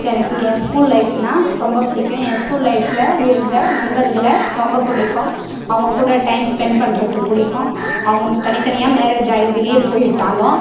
எனக்கு என் ஸ்கூல் லைஃப்னால் ரொம்ப பிடிக்கும் என் ஸ்கூல் லைஃபில் இருந்த நண்பர்களை ரொம்ப பிடிக்கும் அவங்கக்கூட டைம் ஸ்பெண்ட் பண்ணுறது பிடிக்கும் அவங்க தனித்தனியாக மேரேஜ் ஆகி வெளியே போயிட்டாலும்